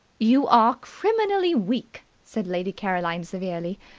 you are criminally weak, said lady caroline severely.